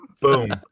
boom